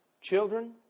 children